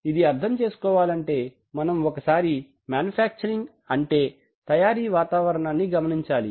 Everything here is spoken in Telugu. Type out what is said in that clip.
ఇది అర్థం చేసుకోవాలంటే మనం ఒకసారి మాన్యుఫ్యాక్చరింగ్ అంటే తయారీ వాతావరణాన్ని గమనించాలి